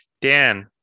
Dan